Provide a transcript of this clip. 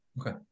Okay